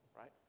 right